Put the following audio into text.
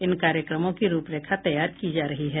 इन कार्यक्रमों की रूप रेखा तैयार की जा रही है